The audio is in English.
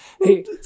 Hey